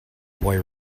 boy